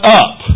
up